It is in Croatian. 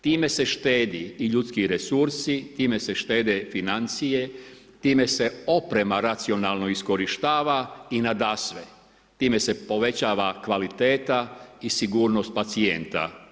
Time se štedi i ljudski resursi, time se štede financije, time se oprema racionalno iskorištava i nadasve time se povećava kvaliteta i sigurnost pacijenta.